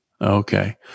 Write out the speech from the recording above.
Okay